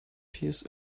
peers